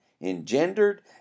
engendered